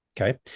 Okay